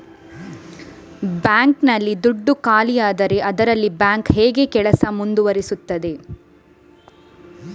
Bank ನಲ್ಲಿ ದುಡ್ಡು ಖಾಲಿಯಾದರೆ ಅದರಲ್ಲಿ ಬ್ಯಾಂಕ್ ಹೇಗೆ ಕೆಲಸ ಮುಂದುವರಿಸುತ್ತದೆ?